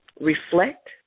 reflect